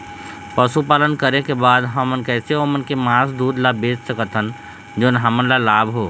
पशुपालन करें के बाद हम कैसे ओमन के मास, दूध ला बेच सकत हन जोन हमन ला लाभ हो?